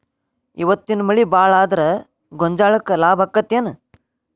ಇವತ್ತಿನ ಮಳಿ ಭಾಳ ಆದರ ಗೊಂಜಾಳಕ್ಕ ಲಾಭ ಆಕ್ಕೆತಿ ಏನ್?